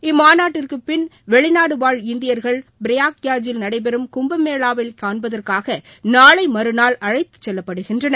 இம்மாநாட்டிற்குப்பின் வெளிநாடுவாழ் இந்தியர்கள் பிரயாக்ராஜில் நடைபெறும் கும்பமேளாவை காண்பதற்காக நாளை மறுநாள் அழைத்துச் செல்லப்படுகின்றனர்